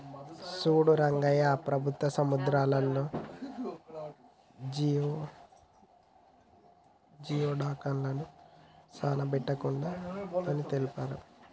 సూడు రంగయ్య ప్రభుత్వం సముద్రాలలో జియోడక్లను సానా పట్టకూడదు అని తెలిపారు